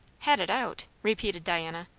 had it out! repeated diana.